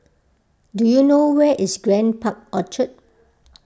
do you know where is Grand Park Orchard